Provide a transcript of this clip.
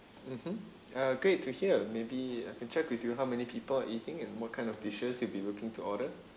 mmhmm uh great to hear maybe I can check with you how many people are eating and what kind of dishes you'll be looking to order